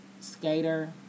skater